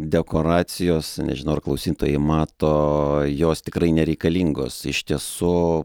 dekoracijos nežinau ar klausytojai mato jos tikrai nereikalingos iš tiesų